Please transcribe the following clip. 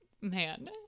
man